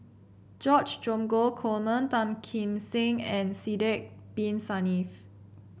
George Dromgold Coleman Tan Kim Seng and Sidek Bin Saniff